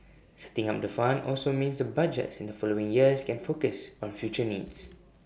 setting up the fund also means the budgets in the following years can focus on future needs